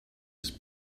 ist